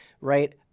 right